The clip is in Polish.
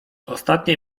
ostatnie